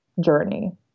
journey